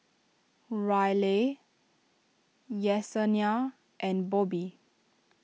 Ryleigh Yessenia and Bobbi